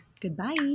Goodbye